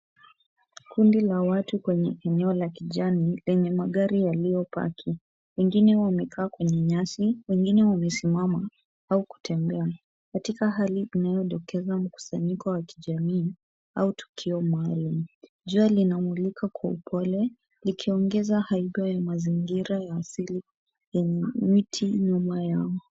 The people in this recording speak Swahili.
Kundi la watu kwenye eneo la kijani lenye magari yaliyopaki. Wengine wamekaa kwenye nyasi, wengine wamesimama au kutembea. Katika hali inayodokeza mkusanyiko wa kijamii au tukio maalumu. Jua linamulika kwa upole likiongeza haibu ya mazingira ya asili yenye miti nyuma yao.